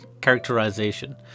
characterization